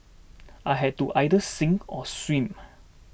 I had to either sink or swim